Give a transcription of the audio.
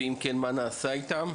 ואם כן, מה נעשה איתם?